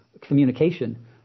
communication